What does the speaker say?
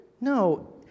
No